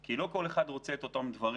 כי לא כל אחד רוצה את אותם דברים.